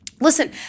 listen